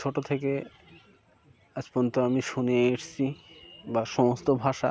ছোটো থেকে আজ পর্যন্ত আমি শুনে এসেছি বা সমস্ত ভাষা